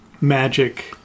magic